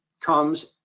comes